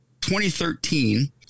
2013